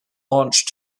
launch